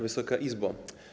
Wysoka Izbo!